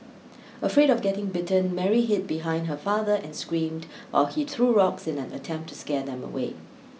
afraid of getting bitten Mary hid behind her father and screamed while he threw rocks in an attempt to scare them away